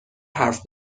حرف